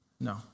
No